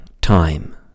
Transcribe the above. time